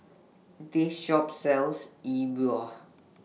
This Shop sells E Bua